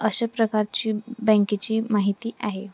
अशा प्रकारची बँकेची माहिती आहे